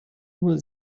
nur